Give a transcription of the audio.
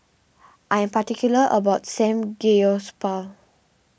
I am particular about my Samgeyopsal